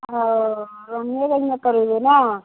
ओ रानियेगञ्जमे करेबै ने